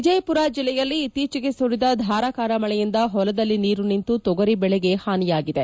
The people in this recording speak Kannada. ವಿಜಯಮರ ಜಿಲ್ಲೆಯಲ್ಲಿ ಇತ್ತೀಚೆಗೆ ಸುರಿದ ಧಾರಾಕಾರ ಮಳೆಯಿಂದ ಹೊಲದಲ್ಲಿ ನೀರು ನಿಂತು ತೊಗರಿ ಬೆಳೆಗೆ ಹಾನಿಯಾಗಿದೆ